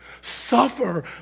Suffer